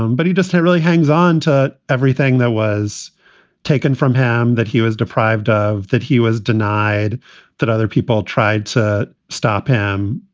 um but he just really hangs on to everything that was taken from him that he was deprived of, that he was denied that other people tried to stop him.